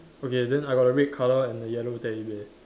okay then I got the red color one and the yellow teddy bear